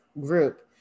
group